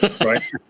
right